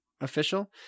official